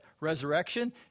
resurrection